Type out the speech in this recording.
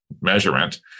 measurement